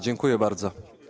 Dziękuję bardzo.